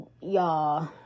y'all